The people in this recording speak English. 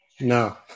No